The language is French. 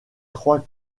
trois